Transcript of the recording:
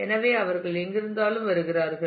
எனவே அவர்கள் எங்கிருந்தாலும் வருகிறார்கள்